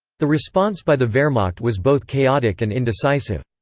the response by the wehrmacht was both chaotic and indecisive.